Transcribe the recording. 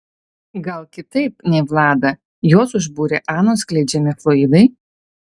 gal kitaip nei vladą juos užbūrė anos skleidžiami fluidai